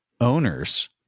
owners